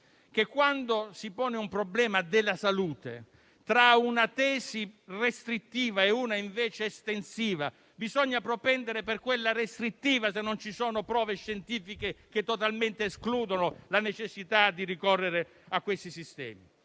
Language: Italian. che quando si pone un problema relativo alla salute, tra una tesi restrittiva e una invece estensiva, bisogna propendere per quella restrittiva se non ci sono prove scientifiche che escludano totalmente la necessità di ricorrere a questi sistemi.